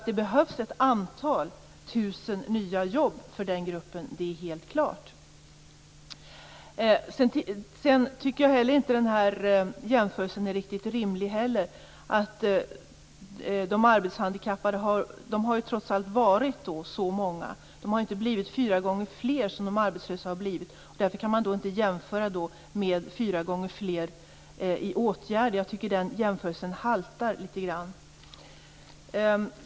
Det behövs ett antal tusen nya jobb för den gruppen, det är helt klart. Jag tycker inte heller att det är en riktigt rimlig jämförelse att säga att de arbetshandikappade trots allt har uppgått till ett visst antal. De har inte blivit fyra gånger fler, som de arbetslösa har blivit, och man kan därför inte jämföra med fyra gånger fler i åtgärder. Jag tycker att den jämförelsen haltar litet grand.